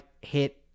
hit